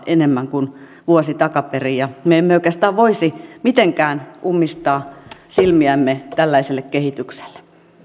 enemmän kuin vuosi takaperin ja me emme oikeastaan voisi mitenkään ummistaa silmiämme tällaiselta kehitykseltä